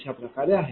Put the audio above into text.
अशाप्रकारे आहे